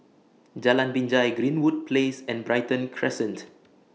Jalan Binjai Greenwood Place and Brighton Crescent